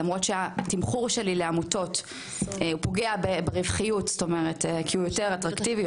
למרות שהתמחור שלי לעמותות פוגע ברווחיות כי הוא יותר אטרקטיבי,